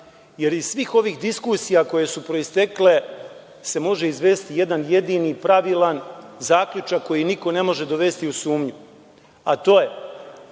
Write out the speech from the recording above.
jer iz svih ovih diskusija koje su proistekle se može izvesti jedan jedini i pravilan zaključak koji niko ne može dovesti u sumnju, a to je